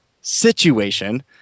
situation